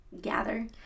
gather